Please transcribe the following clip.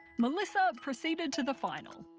melissa proceeded to the final.